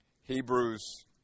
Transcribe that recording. Hebrews